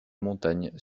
montagne